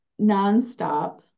nonstop